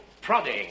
prodding